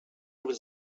was